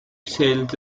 cells